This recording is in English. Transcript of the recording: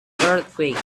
earthquake